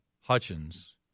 Hutchins